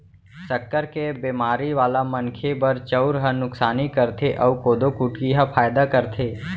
सक्कर के बेमारी वाला मनखे बर चउर ह नुकसानी करथे अउ कोदो कुटकी ह फायदा करथे